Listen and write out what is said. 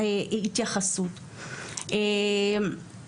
והיא היום משמשת כממלאת מקום מנכ"לית המל"ג.